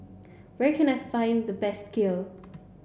where can I find the best Kheer